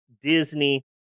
Disney